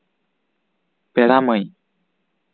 ᱯᱮᱲᱟ ᱢᱟᱹᱭ